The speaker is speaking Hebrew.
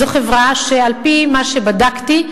זו חברה שעל-פי מה שבדקתי,